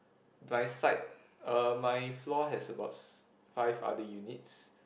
my side uh my floor has about s~ five other units